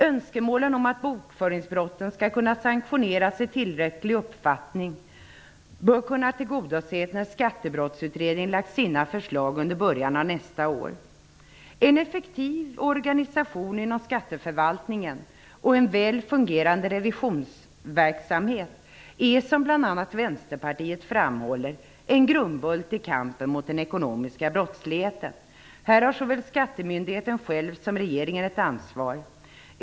Önskemålen om att bokföringsbrotten skall sanktioneras i tillräcklig omfattning bör kunna tillgodoses när Skattebrottsutredningen lagt fram sina förslag under början av nästa år. En effektiv organisation inom skatteförvaltningen och en väl fungerande revisionsverksamhet är, som bl.a. Vänsterpartiet framhåller, en grundbult i kampen mot den ekonomiska brottsligheten. Här har såväl skattemyndigheten själv som regeringen ett ansvar.